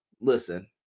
listen